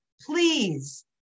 please